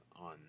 on